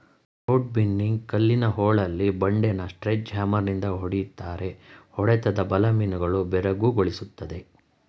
trout ಬಿನ್ನಿಂಗ್ ಕಲ್ಲಿನ ಹೊಳೆಲಿ ಬಂಡೆನ ಸ್ಲೆಡ್ಜ್ ಹ್ಯಾಮರ್ನಿಂದ ಹೊಡಿತಾರೆ ಹೊಡೆತದ ಬಲ ಮೀನುಗಳನ್ನು ಬೆರಗುಗೊಳಿಸ್ತದೆ